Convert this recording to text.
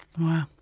Wow